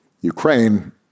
Ukraine